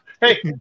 Hey